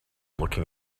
looking